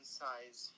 size